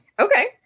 Okay